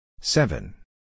Seven